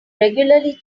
regularly